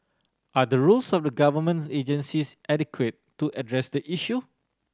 are the rules of the government agencies adequate to address the issue